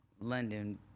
London